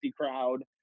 crowd